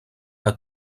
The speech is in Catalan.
que